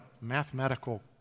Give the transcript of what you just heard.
mathematical